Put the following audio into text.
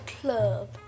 club